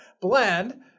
blend